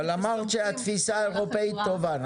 אבל אמרת שהתפיסה האירופאית טובה.